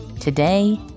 Today